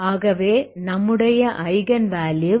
ஆகவே நம்முடைய eigen value